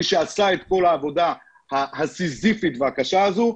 מי שעשה את כל העבודה הסיזיפית והקשה הזו,